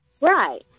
Right